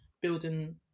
building